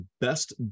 best